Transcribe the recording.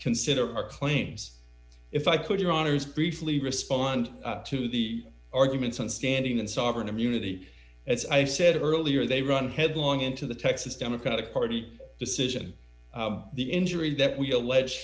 consider our claims if i could your honour's briefly respond to the arguments on standing and sovereign immunity as i said earlier they run headlong into the texas democratic party decision the injury that we allege